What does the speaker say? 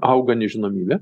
auga nežinomybė